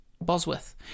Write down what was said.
Bosworth